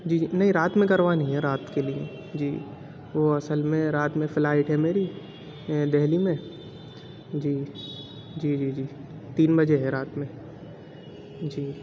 جی جی نہیں رات میں کروانی ہے رات کے لیے جی وہ اصل میں رات میں فلائٹ ہے میری دہلی میں جی جی جی جی تین بجے ہے رات میں جی